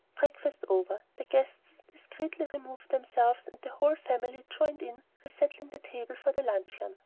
breakfast over, the guests discreetly removed themselves and the whole family joined in resetting the table for the luncheon,